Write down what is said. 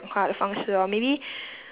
讲话的方式 lor maybe